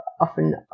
often